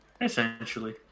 essentially